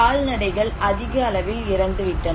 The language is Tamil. கால்நடைகள் அதிக அளவில் இறந்து விட்டன